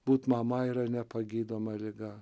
būt mama yra nepagydoma liga